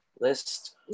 list